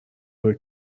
توئه